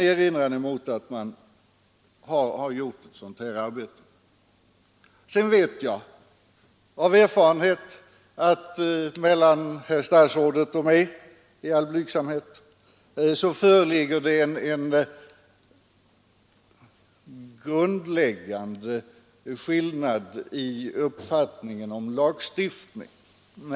Jag vet av erfarenhet att det mellan herr statsrådet och mig — i all blygsamhet — föreligger en grundläggande skillnad i uppfattningen om lagstiftning.